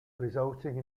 resulting